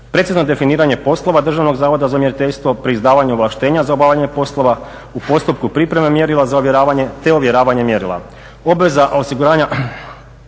precizno definiranje poslova Državnog zavoda za mjeriteljstvo pri izdavanju ovlaštenja za obavljanje poslova u postupku pripreme mjerila za ovjeravanje, te ovjeravanje mjerila.